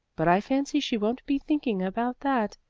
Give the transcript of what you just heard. but i fancy she won't be thinking about that.